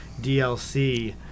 DLC